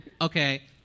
Okay